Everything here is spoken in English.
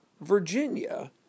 Virginia